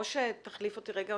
בבקשה.